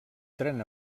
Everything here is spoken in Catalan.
tren